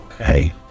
okay